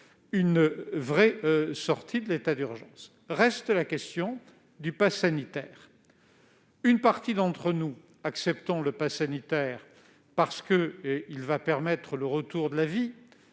une vraie sortie de l'état d'urgence. Reste la question du pass sanitaire. Une partie d'entre nous accepte celui-ci, parce qu'il permettra le retour à la vie,